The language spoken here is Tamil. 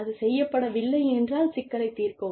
அது செய்யப்படவில்லை என்றால் சிக்கலை தீர்க்கவும்